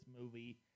movie